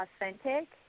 authentic